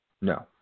No